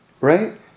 Right